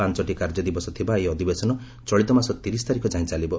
ପାଞ୍ଚଟି କାର୍ଯ୍ୟଦିବସ ଥିବା ଏହି ଅଧିବେଶନ ଚଳିତମାସ ତିରିଶ ତାରିଖ ଯାଏଁ ଚାଲିବ